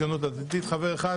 לציונות הדתית חבר אחד,